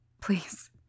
please